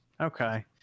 okay